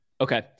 Okay